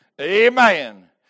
Amen